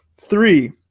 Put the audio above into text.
Three